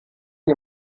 sie